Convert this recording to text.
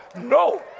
No